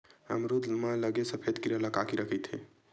अमरूद म लगे सफेद कीरा ल का कीरा कइथे?